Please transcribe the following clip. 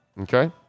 Okay